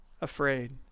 afraid